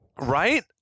right